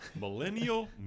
millennial